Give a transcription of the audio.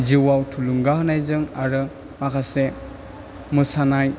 जिउयाव थुलुंगा होनायजों आरो माखासे मोसानाय